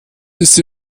jetzt